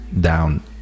down